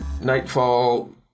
Nightfall